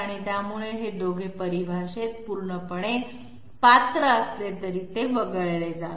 त्यामुळे हे दोघे परिभाषेत पूर्णपणे पात्र असले तरी हे वगळले आहे